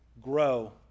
grow